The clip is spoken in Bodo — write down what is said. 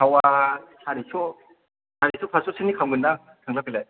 थावा सारिस' फास स' सोनि खामगोन दां थांलाय फैलाय